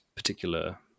particular